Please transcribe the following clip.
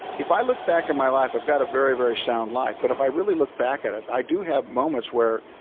if i look back at my life, i've got a very, very sound life. but if i really look back at it, i do have moments where